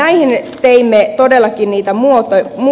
näihin teimme todellakin niitä muutoksia